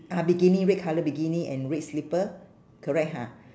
ah bikini red colour bikini and red slipper correct ha